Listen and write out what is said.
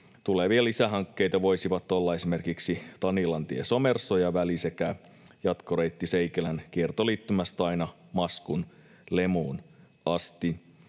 tulevia lisähankkeita voisivat olla esimerkiksi Tanilantie—Somersoja-väli sekä jatkoreitti Seikelän kiertoliittymästä aina Maskun Lemuun asti.